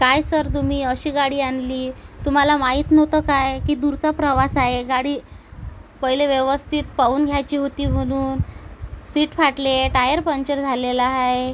काय सर तुम्ही अशी गाडी आणली तुम्हाला माहीत नव्हतं काय की दूरचा प्रवास आहे गाडी पहिले व्यवस्थित पाहून घ्यायची होती म्हणून सीट फाटली आहे टायर पंक्चर झालेला आहे